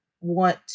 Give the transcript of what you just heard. want